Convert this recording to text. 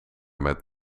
met